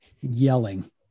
yelling